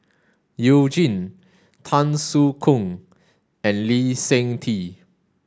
You Jin Tan Soo Khoon and Lee Seng Tee